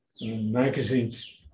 magazines